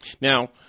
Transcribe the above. Now